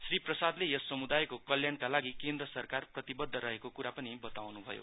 श्री प्रसादले यस समुदायको कल्याणका लागि केन्द्र सरकार प्रतिबद्ध रहेको कुरा पनि बताउनु भयो